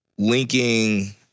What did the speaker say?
linking